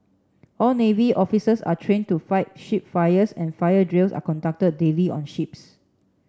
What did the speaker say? all navy officers are trained to fight ship fires and fire drills are conducted daily on ships